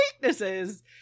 weaknesses